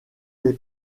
les